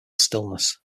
stillness